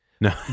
no